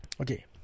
Okay